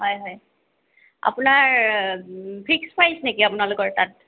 হয় হয় আপোনাৰ ফিক্স প্ৰাইজ নেকি আপোনালোকৰ তাত